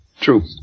True